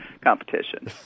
competition